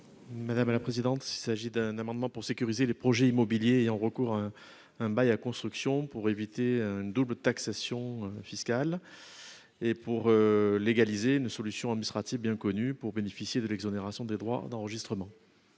M. Jean-Baptiste Blanc. Cet amendement tend à sécuriser les projets immobiliers ayant recours à un bail à construction afin d'éviter une double taxation fiscale et de légaliser une solution administrative bien connue pour bénéficier de l'exonération des droits d'enregistrement.